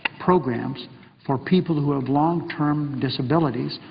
programs for people who have long-term disabilities,